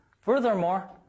Furthermore